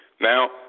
now